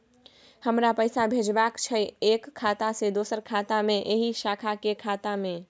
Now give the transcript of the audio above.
हमरा पैसा भेजबाक छै एक खाता से दोसर खाता मे एहि शाखा के खाता मे?